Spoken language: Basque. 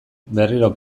berriro